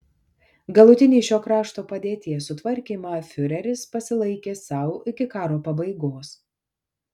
galutinį šio krašto padėties sutvarkymą fiureris pasilaikė sau iki karo pabaigos